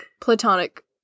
platonic